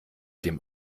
dem